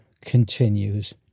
continues